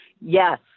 Yes